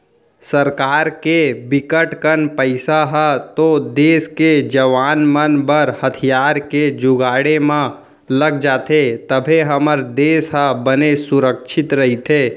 सरकार के बिकट कन पइसा ह तो देस के जवाना मन बर हथियार के जुगाड़े म लग जाथे तभे हमर देस ह बने सुरक्छित रहिथे